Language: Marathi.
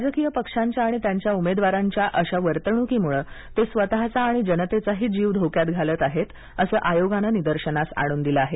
राजकीय पक्षांच्या आणि त्यांच्या उमेदवारांच्या अशा वर्तणुकीमुळं ते स्वतचा आणि जनतेचाही जीव धोक्यात घालत आहेत असं आयोगानं निदर्शनास आणून दिलंआहे